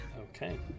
Okay